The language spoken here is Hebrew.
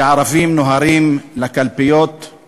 ש"הערבים נוהרים לקלפיות";